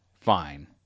fine